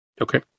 Okay